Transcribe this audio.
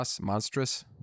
monstrous